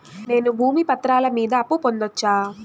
నేను భూమి పత్రాల మీద అప్పు పొందొచ్చా?